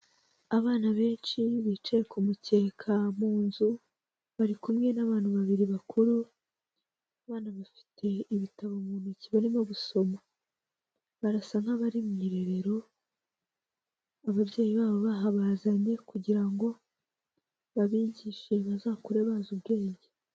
Abana benshi, bicaye ku mukeka, mu nzu. Bari kumwe n'abantu babiri bakuru, abana bafite ibitabo mu ntoki barimo gusoma. Barasa nk'abari mu rerero, ababyeyi babo bahabazanye kugira ngo, babigishe bazakure bazi ubwenge.